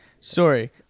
Sorry